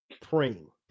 praying